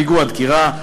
פיגוע דקירה,